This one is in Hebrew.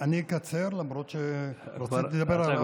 אני אקצר, למרות שרציתי לדבר על הרבה דברים.